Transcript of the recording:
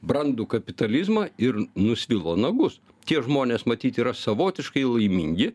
brandų kapitalizmą ir nusvilo nagus tie žmonės matyt yra savotiškai laimingi